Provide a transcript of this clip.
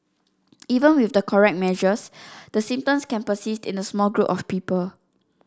even with the correct measures the symptoms can persist in a small group of people